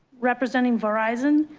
representing verizon.